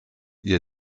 ihr